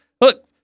look